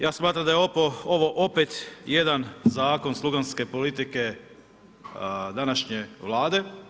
Ja smatram da je ovo opet jedan zakon sluganske politike, današnje Vlade.